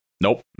Nope